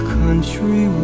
country